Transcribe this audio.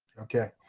okay.